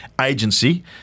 Agency